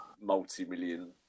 multi-million